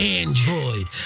android